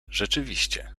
rzeczywiście